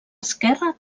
esquerra